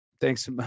thanks